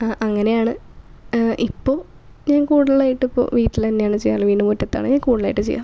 ആ അങ്ങനെയാണ് ഇപ്പം ഞാൻ കൂടലായിട്ടിപ്പോൾ വീട്ടിൽ തന്നെയാണ് ചെയ്യാറുള്ളത് വീടിൻ്റെ മുറ്റത്താണ് ഞാൻ കൂടുതലായിട്ട് ചെയ്യാറുള്ളത്